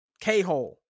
K-hole